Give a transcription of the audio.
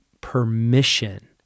permission